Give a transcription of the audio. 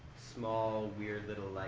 small, weird, little like